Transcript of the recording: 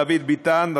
דוד ביטן,